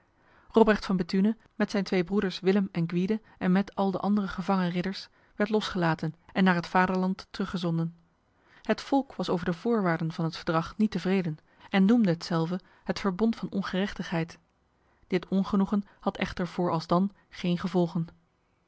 robrecht van bethune met zijn twee broeders willem en gwyde en met al de andere gevangen ridders werd losgelaten en naar het vaderland teruggezonden het volk was over de voorwaarden van het verdrag niet tevreden en noemde hetzelve het verbond van ongerechtigheid dit ongenoegen had echter voor alsdan geen gevolgen